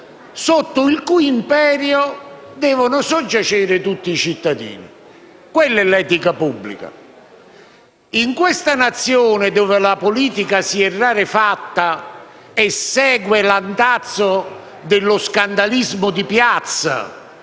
e al cui imperio devono soggiacere tutti i cittadini. Quella è l'etica pubblica. In questa Nazione, dove la politica si è rarefatta e segue l'andazzo dello scandalismo di piazza,